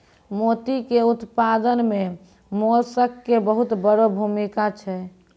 मोती के उपत्पादन मॅ मोलस्क के बहुत वड़ो भूमिका छै